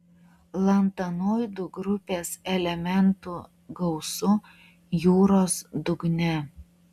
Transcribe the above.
lantanoidų grupės elementų gausu jūros dugne